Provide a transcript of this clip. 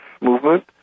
movement